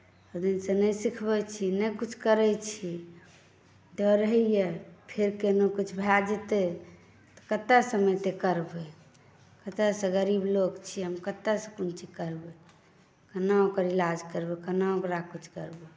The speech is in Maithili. ओहि दिनसँ नहि सिखबैत छी नहि कुछ करैत छी डर होइए फेर केनो कुछ भए जेतै तऽ कतयसँ हम एतेक करबै कतयसँ गरीब लोक छी हम कतयसँ कोन चीज करबै केना ओकर इलाज करबै केना ओकरा कुछ करबै